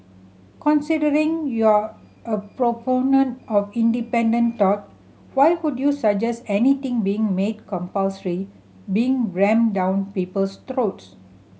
considering you're a proponent of independent thought why would you suggest anything being made compulsory being rammed down people's throats